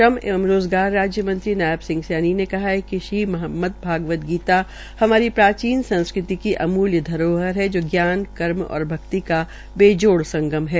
श्रम एवं रोज़गार राज्य मंत्री नायब सिंह सैनी ने कहा है कि श्रीमद भगवत गीता हमारी प्राचीन संस्कृति की अमूल्य धरोहर है जो ज्ञान कर्म और भक्ति का बेजोड़ संगम है